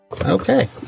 Okay